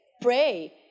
Pray